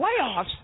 Playoffs